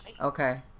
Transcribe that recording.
Okay